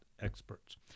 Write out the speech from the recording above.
experts